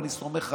ואני סומך עליהם.